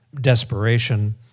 desperation